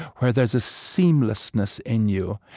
where there's a seamlessness in you,